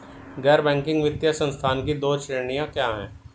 गैर बैंकिंग वित्तीय संस्थानों की दो श्रेणियाँ क्या हैं?